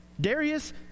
Darius